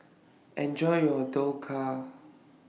Enjoy your Dhokla